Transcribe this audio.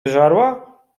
wyżarła